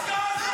תשתקו כבר.